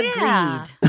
Agreed